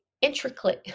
intricately